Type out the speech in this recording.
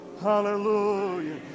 Hallelujah